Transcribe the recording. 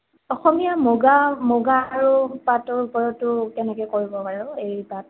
অসমীয়া মুগা মুগা আৰু পাটৰ ওপৰতো কেনেকৈ কৰিব বাৰু এই পাত